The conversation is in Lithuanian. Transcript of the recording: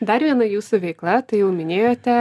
dar viena jūsų veikla tai jau minėjote